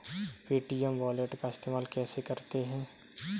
Paytm wallet का इस्तेमाल कैसे करते हैं?